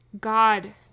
God